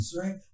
right